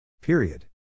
Period